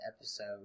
episode